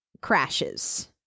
crashes